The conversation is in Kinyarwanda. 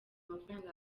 amafaranga